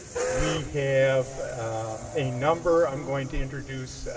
we have a number i'm going to introduce